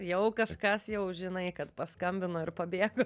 jau kažkas jau žinai kad paskambino ir pabėgo